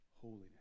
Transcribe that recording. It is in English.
holiness